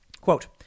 quote